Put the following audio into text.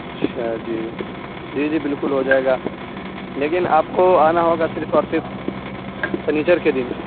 اچھا جی جی جی بالکل ہو جائے گا لیکن آپ کو آنا ہوگا صرف اور صرف سنیچر کے دن